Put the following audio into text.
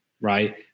Right